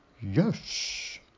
Yes